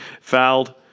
fouled